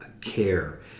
care